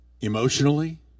Emotionally